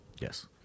Yes